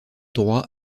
droit